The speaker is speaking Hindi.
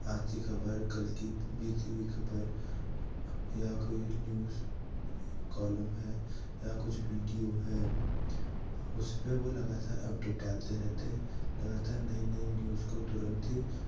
आज की ख़बर कल की बीती हुई ख़बर या कोइ न्यूज़ कॉलम है या कुछ वीडियो है उस पर वो लगातार अपडेट डालते रहते हैं लगातार नई नई न्यूज़ को तुरंत ही